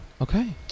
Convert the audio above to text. okay